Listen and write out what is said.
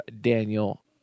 Daniel